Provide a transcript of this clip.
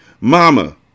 Mama